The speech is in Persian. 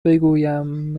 بگویم